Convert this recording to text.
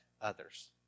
others